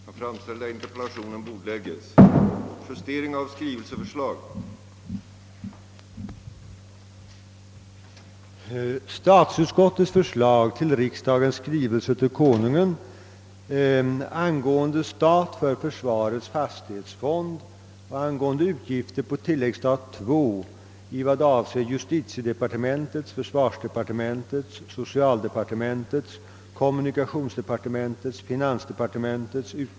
Härmed får jag anhålla om ledighet från riksdagsgöromålen under tiden den 24—28 februari 1969 för deltagande i lokaliseringsutredningens resa till England.